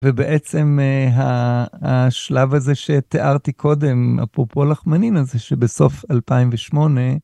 ובעצם השלב הזה שתיארתי קודם, אפרופו לחמנין הזה שבסוף 2008,